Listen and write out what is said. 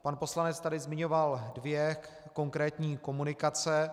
Pan poslanec tady zmiňoval dvě konkrétní komunikace.